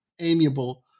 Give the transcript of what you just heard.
amiable